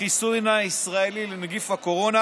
החיסון הישראלי לנגיף הקורונה.